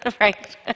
right